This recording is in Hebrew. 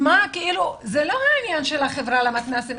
זה לא העניין של החברה למתנ"סים,